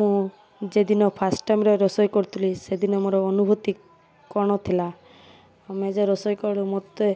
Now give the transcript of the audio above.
ମୁଁ ଯେ ଦିନ ଫାଷ୍ଟ୍ ଟାଇମ୍ରେ ରୋଷେଇ କରୁଥିଲି ସେଦିନ ମୋର ଅନୁଭୂତି କ'ଣ ଥିଲା ଆମେ ଯେ ରୋଷେଇ କରୁ ମତେ